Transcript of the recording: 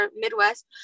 Midwest